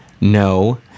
no